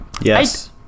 Yes